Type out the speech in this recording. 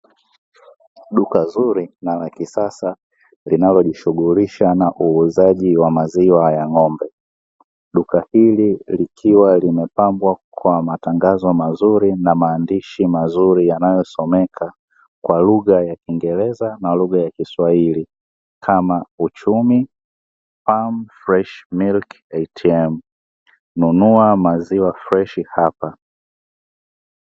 Duka zuri na la kisasa linalo jishughulisha na uuzaji wa maziwa ya ng'ombe, duka hili likiwa limepambwa kwa matangazo mazuri na maandishi mazuri yanayosomeka kwa lugha ya kiingereza na lugha ya kiswahili kama uchumi, (farm fresh milk ATM) nunua maziwa freshi hapa.